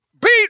beat